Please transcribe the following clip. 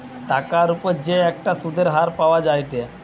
টাকার উপর যে একটা সুধের হার পাওয়া যায়েটে